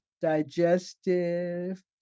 digestive